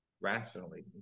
rationally